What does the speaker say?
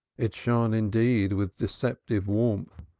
it shone, indeed, with deceptive warmth,